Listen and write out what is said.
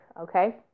okay